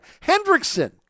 Hendrickson